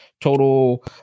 total